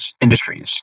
industries